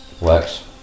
Works